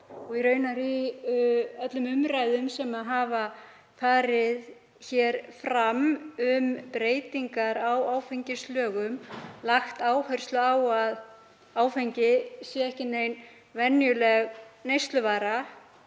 höfum raunar, í öllum umræðum sem hafa farið hér fram um breytingar á áfengislögum, lagt áherslu á að áfengi sé engin venjuleg neysluvara